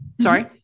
Sorry